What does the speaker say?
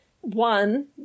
one